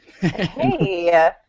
Hey